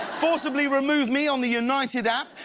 forcibly remove me on the united app.